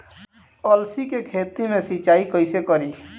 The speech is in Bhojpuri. अलसी के खेती मे सिचाई कइसे करी?